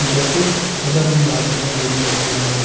जैसे अगर हम बात करें विडियो गेम खेलने